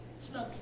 smoking